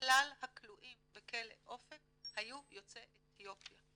מכלל הכלואים בכלא אופק היו יוצאי אתיופיה.